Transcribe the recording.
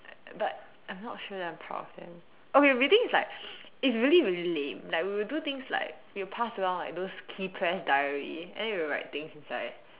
but I'm not sure that I'm proud of them okay but the thing is like it is really really lame we would do things like we would pass around those key pressed diary and then we will write things inside